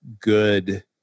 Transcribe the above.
good